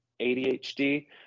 ADHD